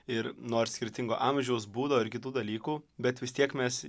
ir nors skirtingo amžiaus būdo ir kitų dalykų bet vis tiek mes